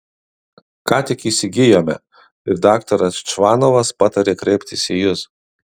ką tik įsigijome ir daktaras čvanovas patarė kreiptis į jus